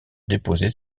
déposer